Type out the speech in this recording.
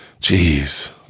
Jeez